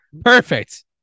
Perfect